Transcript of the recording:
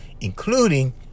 including